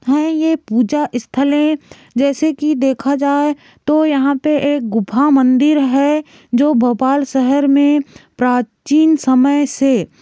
हैं ये पूजा स्थलों जैसे कि देखा जाए तो यहाँ पर एक गुफ़ा मंदिर है जो भोपाल शहर में प्राचीन समय से